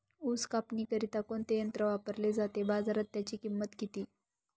ऊस कापणीकरिता कोणते यंत्र वापरले जाते? बाजारात त्याची किंमत किती?